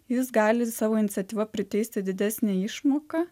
jis gali savo iniciatyva priteisti didesnę išmoką